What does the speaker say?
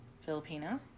Filipino